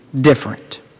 different